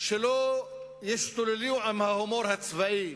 שלא ישתוללו עם ההומור הצבאי